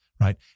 right